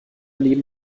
neben